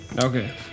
Okay